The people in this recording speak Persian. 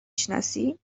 شناسی